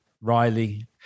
riley